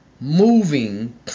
Moving